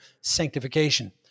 sanctification